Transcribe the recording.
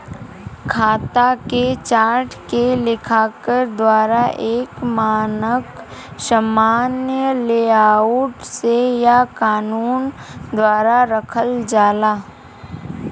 खाता के चार्ट के लेखाकार द्वारा एक मानक सामान्य लेआउट से या कानून द्वारा रखल जाला